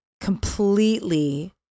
completely